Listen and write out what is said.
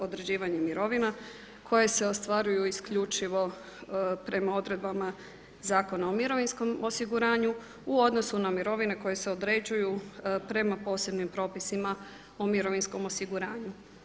određivanje mirovina koje se ostvaruju isključivo prema odredbama Zakona o mirovinskom osiguranju u odnosu na mirovine koje se određuju prema posebnim propisima o mirovinskom osiguranju.